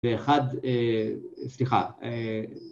ואחד, סליחה